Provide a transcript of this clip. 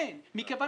אתה כן מכיוון